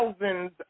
thousands